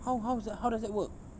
how how is that how does that work